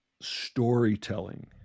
storytelling